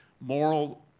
moral